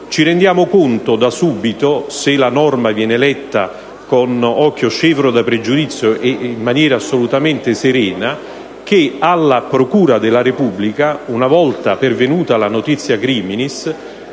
ci rendiamo conto da subito, se la norma viene letta con occhio scevro da pregiudizio e in maniera assolutamente serena, che alla procura della Repubblica, una volta pervenuta la *notitia criminis*,